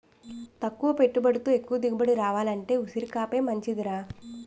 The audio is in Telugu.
తక్కువ పెట్టుబడితో ఎక్కువ దిగుబడి రావాలంటే ఉసిరికాపే మంచిదిరా